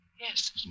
Yes